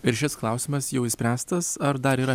ir šis klausimas jau išspręstas ar dar yra